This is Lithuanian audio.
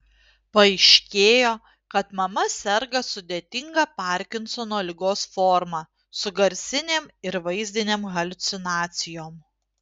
paaiškėjo kad mama serga sudėtinga parkinsono ligos forma su garsinėm ir vaizdinėm haliucinacijom